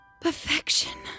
Perfection